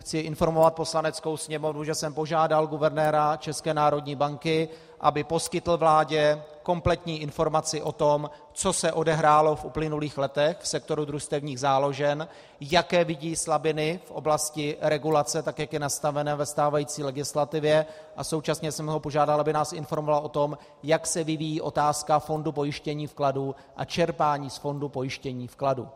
Chci informovat Poslaneckou sněmovnu, že jsem požádal guvernéra České národní banky, aby poskytl vládě kompletní informaci o tom, co se odehrálo v uplynulých letech v sektoru družstevních záložen, jaké vidí slabiny v oblasti regulace, tak jak je nastavena ve stávající legislativě, a současně jsem ho požádal, aby nás informoval o tom, jak se vyvíjí otázka fondu pojištění vkladů a čerpání z fondu pojištění vkladů.